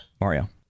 Mario